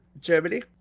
Germany